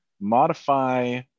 modify